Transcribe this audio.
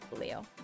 Leo